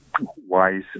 wise